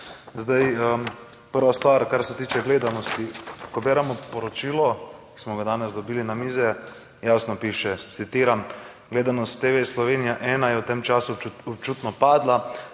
Zdaj prva stvar, kar se tiče gledanosti, ko beremo poročilo, ki smo ga danes dobili na mize, jasno piše, citiram: "Gledanost TV Slovenija. Ena je v tem času občutno padla,